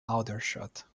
aldershot